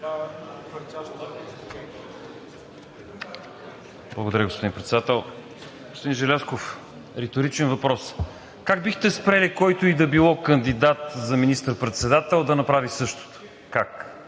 Благодаря, господин Председател. Господин Желязков, риторичен въпрос: как бихте спрели, който и да било кандидат за министър-председател да направи същото, как?